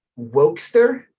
wokester